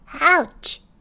ouch